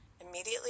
immediately